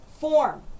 Form